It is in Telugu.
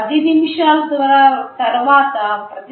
పది నిమిషాల తర్వాత ప్రతి స్పందిస్తే సరిపోదు